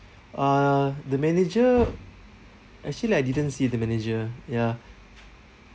uh the manager actually I didn't see the manager ya